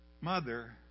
mother